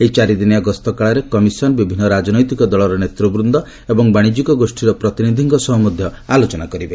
ଏହି ଚାରିଦିନିଆ ଗସ୍ତ କାଳରେ କମିଶନ ବିଭିନ୍ନ ରାଜନୈତିକ ଦଳର ନେତୃବ୍ଦ୍ଦ ଏବଂ ବାଶିଜ୍ୟିକ ଗୋଷ୍ଠୀର ପ୍ରତିନିଧିଙ୍କ ସହ ମଧ୍ୟ ଆଲୋଚନା କରିବେ